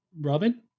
Robin